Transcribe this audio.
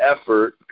effort